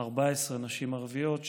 נרצחו 14 נשים ערביות,